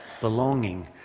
belonging